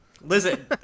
Listen